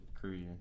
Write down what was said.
Korea